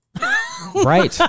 Right